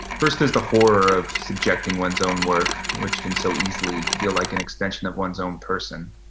first, there's the horror of subjecting one's own work which can so easily feel like an extension of one's own person